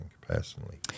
personally